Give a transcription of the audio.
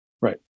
Right